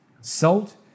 Salt